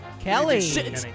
Kelly